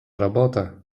robota